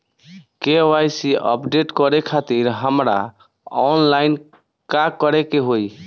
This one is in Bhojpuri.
के.वाइ.सी अपडेट करे खातिर हमरा ऑनलाइन का करे के होई?